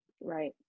Right